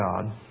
God